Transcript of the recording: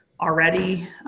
already